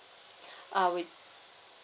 uh with